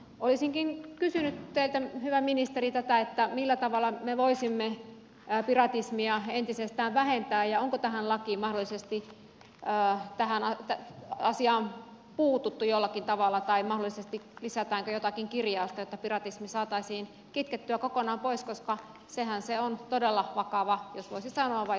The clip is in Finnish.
olisinkin kysynyt teiltä hyvä ministeri tätä millä tavalla me voisimme piratismia entisestään vähentää ja onko tähän asiaan mahdollisesti puututtu jollakin tavalla tai mahdollisesti lisätäänkö jotakin kirjausta jotta piratismi saataisiin kitkettyä kokonaan pois koska sehän se on todella vakava ja tosissaan vai